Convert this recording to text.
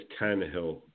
Tannehill